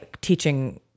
teaching